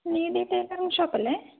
നീതി tailoring shop അല്ലേ